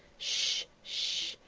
sh-h-h! sh-h-h!